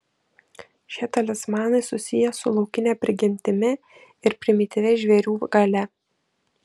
šie talismanai susiję su laukine prigimtimi ir primityvia žvėrių galia